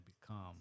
become